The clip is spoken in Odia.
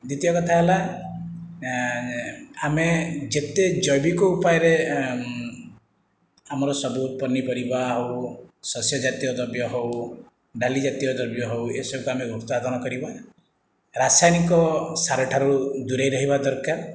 ଦିତୀୟ କଥା ହେଲା ଆମେ ଯେତେ ଜୈବିକ ଉପାୟରେ ଆମର ସବୁ ପନିପରିବା ହେଉ ଶସ୍ୟ ଜାତୀୟ ଦ୍ରବ୍ୟ ହେଉ ଡାଲି ଜାତୀୟ ଦ୍ରବ୍ୟ ହେଉ ଏସବୁକୁ ଆମେ ଉତ୍ପାଦନ କରିବା ରାସାୟନିକ ସାର ଠାରୁ ଦୂରେଇ ରହିବା ଦରକାର